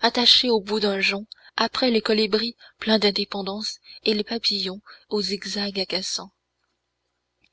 attaché au bout d'un jonc après les colibris pleins d'indépendance et les papillons aux zigzags agaçants